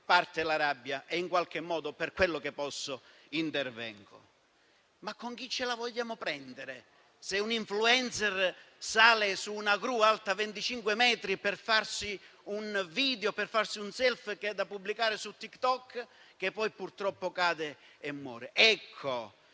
parte la rabbia e, in qualche modo, per quello che posso, intervengo. Ma con chi ce la vogliamo prendere, se un *influencer* sale su una gru alta 25 metri per farsi un video o un *selfie* da pubblicare su Tik Tok, e poi, purtroppo, cade e muore?